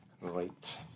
Right